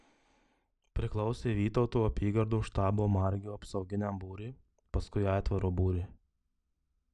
priklausė vytauto apygardos štabo margio apsauginiam būriui paskui aitvaro būriui